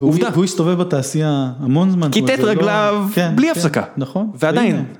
הוא יסתובב בתעשייה המון זמן, כיתת רגליו בלי הפסקה, ועדיין.